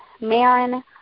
Marin